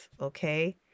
okay